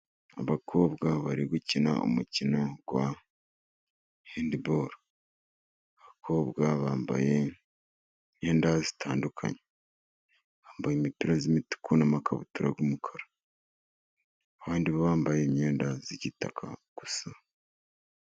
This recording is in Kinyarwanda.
Abakobwa bari gukina umukino wa hendibolo. Abakobwa bambaye imyenda itandukanye. Bambaye imipira y'umituku n'amakabutura y'umukara, abandi bambaye imyenda y'igitaka gusa.